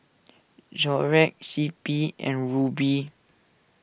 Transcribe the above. Xorex C P and Rubi